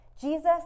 Jesus